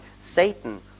Satan